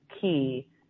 key